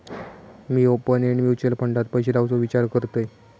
मी open end mutual फंडात पैशे लावुचो विचार करतंय